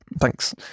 thanks